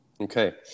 Okay